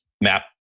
map